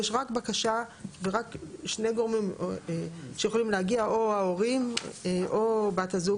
יש רק בקשה ורק שני גורמים שיכולים להגיע: או ההורים או בת הזוג,